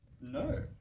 no